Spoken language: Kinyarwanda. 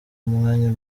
umwanya